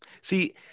See